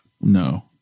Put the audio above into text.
No